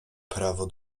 prawo